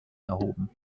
erhoben